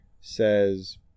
says